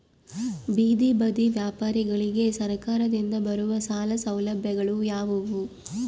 ಬೇದಿ ಬದಿ ವ್ಯಾಪಾರಗಳಿಗೆ ಸರಕಾರದಿಂದ ಬರುವ ಸಾಲ ಸೌಲಭ್ಯಗಳು ಯಾವುವು?